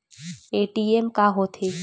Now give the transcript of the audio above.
ATM का होथे?